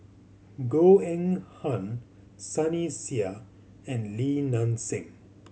Goh Eng Han Sunny Sia and Li Nanxing